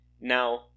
Now